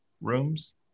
rooms